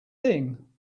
thing